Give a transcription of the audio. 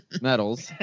medals